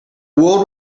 world